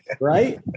right